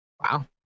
Wow